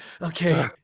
okay